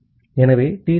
ஆகவே டி